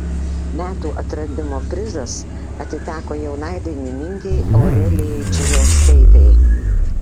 metų atradimo prizas atiteko jaunai dainininkei aurelijai čižauskaitei